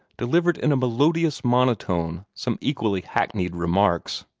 delivered in a melodious monotone some equally hackneyed remarks.